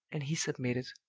and he submitted.